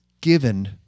given